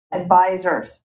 Advisors